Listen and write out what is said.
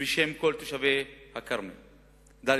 ובשם כל תושבי דאלית-אל-כרמל.